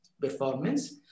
performance